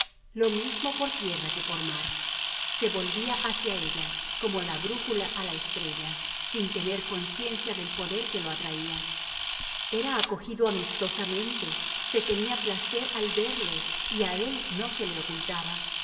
lo mismo por tierra que por mar se volvía hacia ella como la brújula a la estrella sin tener conciencia del poder que lo atraía era acogido amistosamente se tenía placer al verle y a él no se le ocultaba